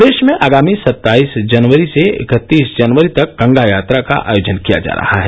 प्रदेश में आगामी सत्ताईस जनवरी से इकत्तीस जनवरी तक गंगा यात्रा का आयोजन किया जा रहा है